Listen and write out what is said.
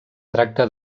tracta